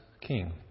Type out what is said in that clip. king